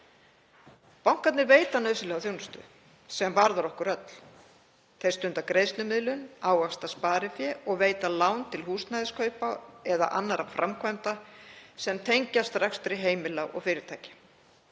Bankarnir veita nauðsynlega þjónustu sem varðar okkur öll. Þeir stunda greiðslumiðlun, ávaxta sparifé og veita lán til húsnæðiskaupa eða annarra framkvæmda sem tengjast rekstri heimila og fyrirtækja.